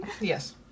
Yes